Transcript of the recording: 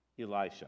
Elisha